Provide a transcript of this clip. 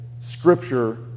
scripture